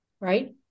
right